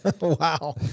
Wow